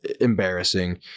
embarrassing